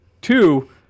Two